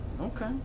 Okay